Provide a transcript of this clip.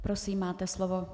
Prosím, máte slovo.